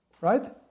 right